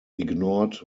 ignored